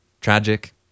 Tragic